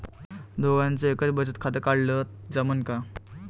दोघाच एकच बचत खातं काढाले जमनं का?